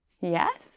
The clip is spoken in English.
Yes